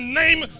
name